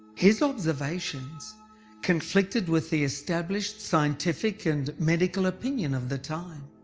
his observations conflicted with the established scientific and medical opinion of the time.